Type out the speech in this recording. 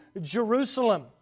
Jerusalem